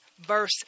verse